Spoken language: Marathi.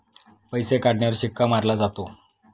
पैसे काढण्यावर शिक्का मारला जातो